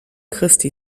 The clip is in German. christi